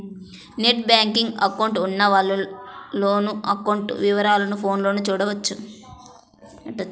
net banking account ఉన్నవాళ్ళు loan account వివరాలను ఫోన్లోనే చూడొచ్చు